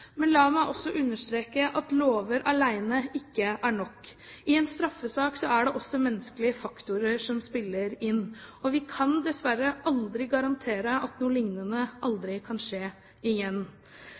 Men la meg også understreke at lover alene ikke er nok. I en straffesak er det også menneskelige faktorer som spiller inn. Vi kan dessverre aldri garantere at noe lignende